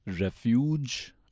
refuge